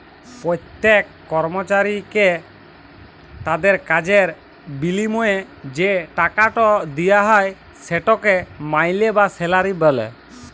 প্যত্তেক কর্মচারীকে তাদের কাজের বিলিময়ে যে টাকাট দিয়া হ্যয় সেটকে মাইলে বা স্যালারি ব্যলে